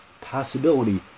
possibility